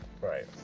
Right